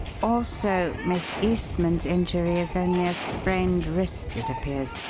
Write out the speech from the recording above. also, miss eastman's injury is only a sprained wrist, it appears.